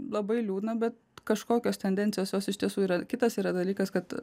labai liūdna bet kažkokios tendencijos jos iš tiesų yra kitas yra dalykas kad